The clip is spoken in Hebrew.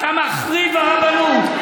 אתה מחריב הרבנות.